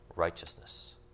righteousness